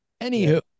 Anywho